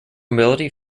mobility